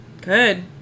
Good